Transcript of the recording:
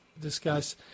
discuss